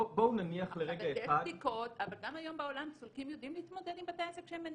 גם היום בעולם סולקים יודעים להתמודד עם בתי העסק שהם מנהלים.